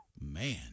Man